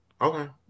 Okay